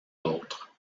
autres